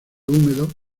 húmedos